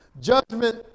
Judgment